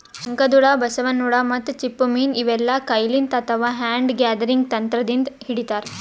ಶಂಕದ್ಹುಳ, ಬಸವನ್ ಹುಳ ಮತ್ತ್ ಚಿಪ್ಪ ಮೀನ್ ಇವೆಲ್ಲಾ ಕೈಲಿಂತ್ ಅಥವಾ ಹ್ಯಾಂಡ್ ಗ್ಯಾದರಿಂಗ್ ತಂತ್ರದಿಂದ್ ಹಿಡಿತಾರ್